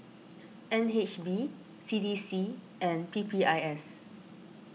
N H B C D C and P P I S